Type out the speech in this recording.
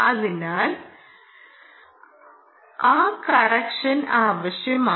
അതിനാൽ ആ കറക്ഷൻ ആവശ്യമാണ്